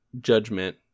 judgment